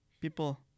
people